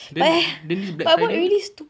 then then this black friday eh